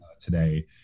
today